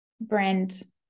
brand